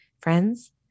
friends